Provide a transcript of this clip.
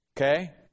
Okay